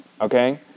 okay